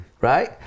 right